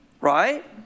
Right